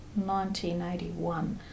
1981